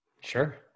sure